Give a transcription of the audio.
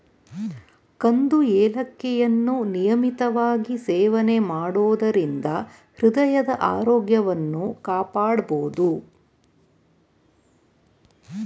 ಕಂದು ಏಲಕ್ಕಿಯನ್ನು ನಿಯಮಿತವಾಗಿ ಸೇವನೆ ಮಾಡೋದರಿಂದ ಹೃದಯದ ಆರೋಗ್ಯವನ್ನು ಕಾಪಾಡ್ಬೋದು